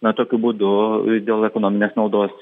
na tokiu būdu dėl ekonominės naudos